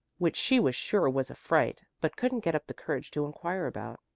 which she was sure was a fright, but couldn't get up the courage to inquire about.